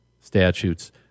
statutes